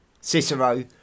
Cicero